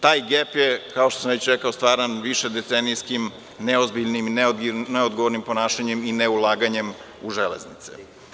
Taj gep je, kao što sam već rekao, stvaran višedecenijskim, neozbiljnim i neodgovornim ponašanjem i neulaganjem u železnice.